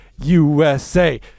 USA